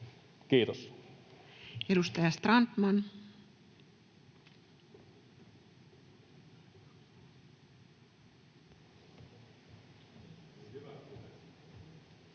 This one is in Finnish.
Content: Edustaja Strandman.